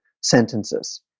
sentences